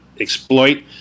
exploit